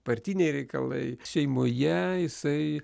partiniai reikalai šeimoje jisai